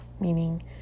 meaning